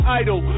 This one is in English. idol